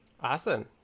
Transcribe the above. Awesome